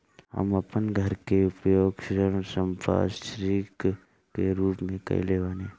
हम अपन घर के उपयोग ऋण संपार्श्विक के रूप में कईले बानी